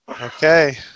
Okay